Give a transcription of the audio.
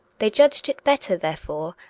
they judged it better, therefore,